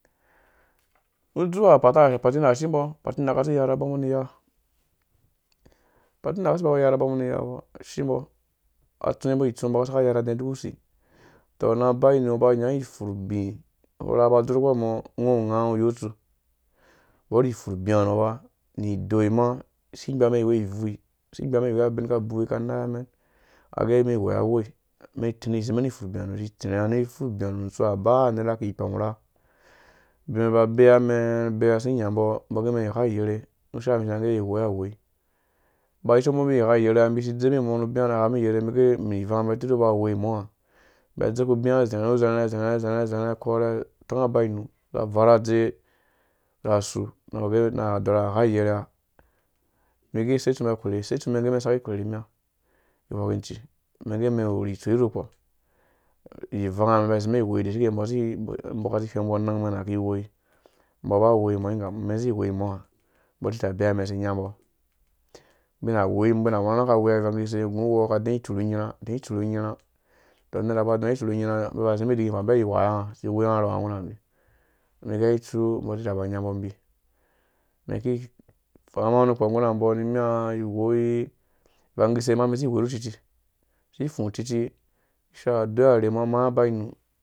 Nu dzau apata harɛ apatina ashimbo, apatinaka asiiyarha bambɔ ni iya apanina asi iyarha bambɔ ni iya ba, ashimbo atsuwe umbɔ itsu umbo asaka ayarhe adɛɛ udika usi uto na abang inu, nog uba wnya ipfurh ubii urha uba udzurkpɔ umɛ ungo uwu unga ungo uyo utsuk ubor ipfurh ubia rofa nu ioi mɔ isi igbamɛn iwei ibvui isi igbamɛn iwei ubin uku bewe ukai inayamɛn age umɛn iwoi awoi umɛn iti rha izimɛn ni ipfur ubi ha nu untsua ubaa unera iki ikpɔm urha abimen aba abea mɛɛn abea asi inyambɔ umbɔ agemen igha iyerhe ni isha age umɛn iwoi awoi aba ayisa mbi igha iyerhea umbi asi idzembi umi nu ubera aghabi iyerha age ni ivanga umbi tirhi aba awoi mɔa umbi adzeku bia azarhu-zherhe zerha-zerha zerhe zerha akore atɔng abang inu azia vara dze na su na aɔrha gha iyerhea nige se utsu mbi akorhe use utsumba ge asaka korhe nimia ingwe kici uge umen iwuri itsoi rukpo ivanga umɛn mba izimɛn iwoi da shike umbo asi ihweng anang mɛna iki woi umbo ra awoi mo umɛn izi iwoi umoa umbo ra umbo azia bea mɛn asi inyambɔ umbi ana woi mbi ana wura nang aka woi ivang iki sei na agu uwɔ aka dɛɛ itsurhu unyirha adɛɛ itsurhu unura aba adɛɛ itsurhu ugirha umbi aba azimbi ideki va, umbi ai wayiwe nga. Asi iwoinga urhɔng nga nggu nabi, ngge itsu umbɔ asi inymabɔ umbi umɛn iki ika urhonga nukpɔ iwoii ianki sei umɛn iziifooi uruci izi ifu ucuci irhu adua rhe imaa abang inu